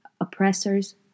oppressors